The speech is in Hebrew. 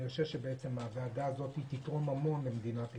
אני חושב שהוועדה הזו תתרום המון למדינת ישראל.